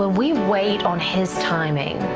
ah we wait on his timing,